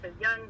young